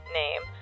name